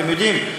ואתם יודעים,